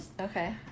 okay